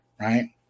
right